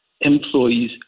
employees